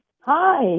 Hi